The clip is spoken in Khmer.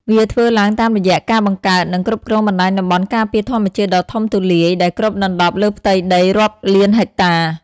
វាធ្វើឡើងតាមរយៈការបង្កើត និងគ្រប់គ្រងបណ្តាញតំបន់ការពារធម្មជាតិដ៏ធំទូលាយ ដែលគ្របដណ្តប់លើផ្ទៃដីរាប់លានហិកតា។